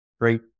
Great